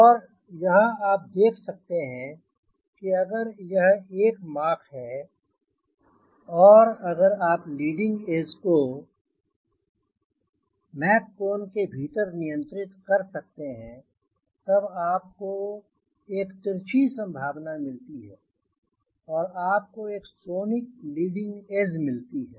और यहाँ आप देख सकते हैं अगर यह एक है और अगर आप लीडिंग एज को के भीतर नियंत्रित कर सकते हैं तब आपको एक तिरछी संभावना मिलती है अथवा आपको एक सोनिक लीडिंग एज मिलती है